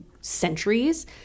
centuries